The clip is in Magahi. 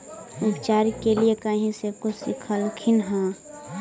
उपचार के लीये कहीं से कुछ सिखलखिन हा?